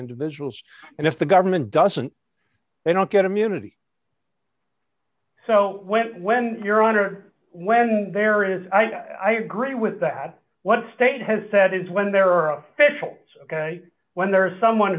individuals and if the government doesn't they don't get immunity so when when you're on or when there is i agree with that what state has said is when there are official when there is someone